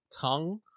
tongue